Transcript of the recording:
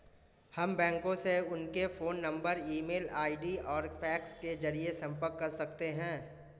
हम बैंकों से उनके phone number email ID और फैक्स के जरिए संपर्क कर सकते हैं